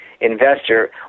investor